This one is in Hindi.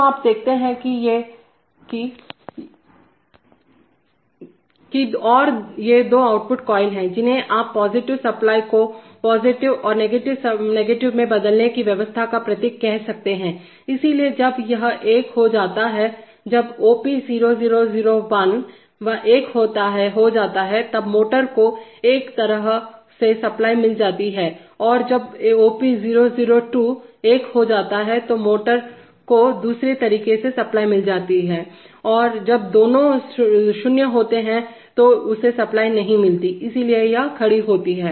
तो आप देखते हैं कि और ये दो आउटपुट कॉइल हैं जिन्हें आप पॉजिटिव सप्लाई को पॉजिटिव और नेगेटिव में बदलने की व्यवस्था का प्रतीक कह सकते हैं इसलिए जब यह एक हो जाता है जब OP001 1 हो जाता है तब मोटर को एक तरह से सप्लाई मिल जाती है और जब OP002 1 हो जाता है तो मोटर को दूसरे तरीके से सप्लाई मिलती है और जब दोनों 0 होते हैं तो उसे कोई सप्लाई नहीं मिलती है इसलिए यह खड़ी होती है